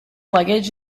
luggage